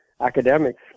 academics